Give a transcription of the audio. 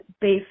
Based